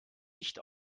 nicht